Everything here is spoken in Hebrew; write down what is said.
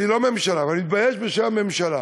אני לא מהממשלה, אבל אני מתבייש בשם הממשלה